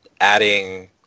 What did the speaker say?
adding